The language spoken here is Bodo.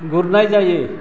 गुरनाय जायो